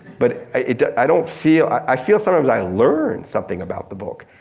but i i don't feel, i feel sometimes i learn something about the book.